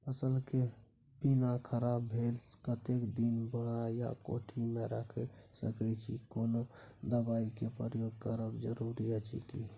फसल के बीना खराब भेल कतेक दिन बोरा या कोठी मे रयख सकैछी, कोनो दबाईयो के प्रयोग करब जरूरी अछि की?